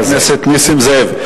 חבר הכנסת נסים זאב,